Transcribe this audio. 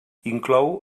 inclou